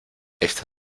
esta